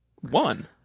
one